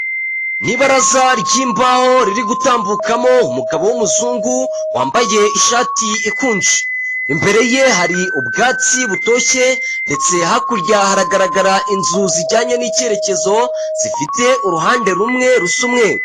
Ni ibaraza ry'imbaho riri gutambukamo umugabo w'umuzungu wambaye ishati ikunje, imbere ye hari ubwatsi butoshye ndetse hakurya hagaragara inzu zijyanye n'icyerekezo, zifite uruhande rumwe rusa umweru.